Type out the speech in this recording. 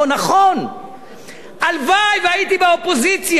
הלוואי שהייתי באופוזיציה.